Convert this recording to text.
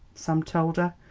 sam told her,